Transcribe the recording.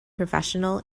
professional